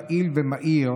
פעיל ומהיר,